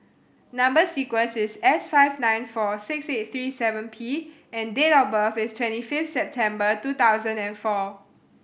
number sequence is S five nine four six eight three seven P and date of birth is twenty fifth September two thousand and four